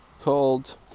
called